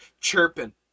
chirping